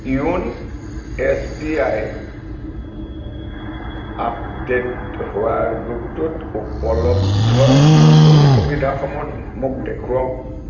YONO S B I ৰ update হোৱা ৰূপটোত উপলব্ধ নতুন সুবিধাসমূহ মোক দেখুৱাওক